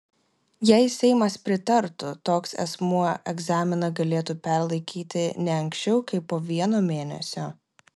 jei seimas pritartų toks asmuo egzaminą galėtų perlaikyti ne anksčiau kaip po vieno mėnesio